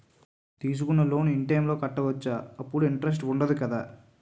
తీసుకున్న loan in time లో కట్టవచ్చ? అప్పుడు ఇంటరెస్ట్ వుందదు కదా?